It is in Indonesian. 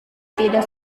tidak